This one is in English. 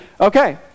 okay